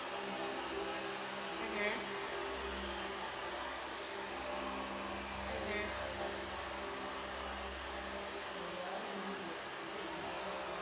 mmhmm mmhmm